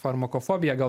farmakofobija gal